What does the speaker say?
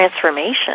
transformation